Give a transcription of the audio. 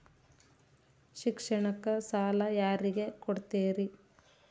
ಶಿಕ್ಷಣಕ್ಕ ಸಾಲ ಯಾರಿಗೆ ಕೊಡ್ತೇರಿ?